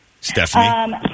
Stephanie